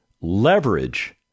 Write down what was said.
leverage